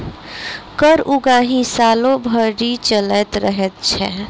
कर उगाही सालो भरि चलैत रहैत छै